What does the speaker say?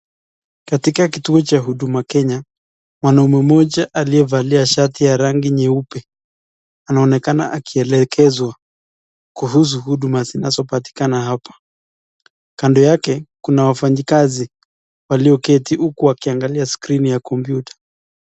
Katika kituo cha huduma Kenya, mwanaume mmoja aliyevalia shati ya rangi nyeupe anaonekana akielekezwa kuhusu huduma zinazopatikana patikana hapa , kando yake kuna wafanyikazi walioketi huku wakiangalia skrini ya (cs) computer (cs).